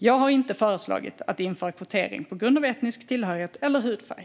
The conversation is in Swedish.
Jag har inte föreslagit införande av kvotering på grund av etnisk tillhörighet eller hudfärg.